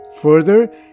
Further